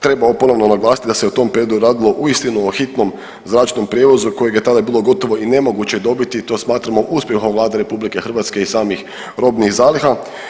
Trebamo ponovo naglasiti da se u tom prijedlogu radilo uistinu o hitnom zračnom prijevozu kojeg je tada bilo gotovo i nemoguće dobiti i to smatramo uspjehom Vlade RH i samih robnih zaliha.